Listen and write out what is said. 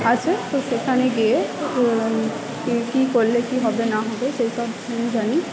আছে তো সেখানে গিয়ে কী কী করলে কী হবে না হবে সেই সব জানি